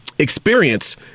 Experience